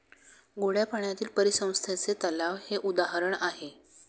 गोड्या पाण्यातील परिसंस्थेचे तलाव हे उदाहरण आहे